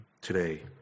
today